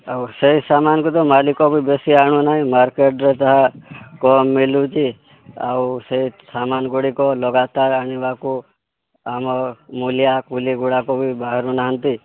ଆଉ ସେହି ସାମାନକୁ ତ ମାଲିକ ବି ବେଶୀ ଆଣୁନାହିଁ ମାର୍କେଟ ରେ ଯାହା କମ୍ ମିଲୁଛି ଆଉ ସେ ସାମାନ ଗୁଡ଼ିକ ଲଗାତାର ଆଣିବାକୁ ଆମର ମୁଲିଆ କୁଲି ଗୁଡ଼ାକ ବି ବାହାରୁ ନାହାନ୍ତି